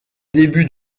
début